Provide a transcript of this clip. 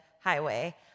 Highway